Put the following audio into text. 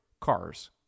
cars